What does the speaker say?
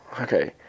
Okay